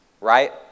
right